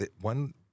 one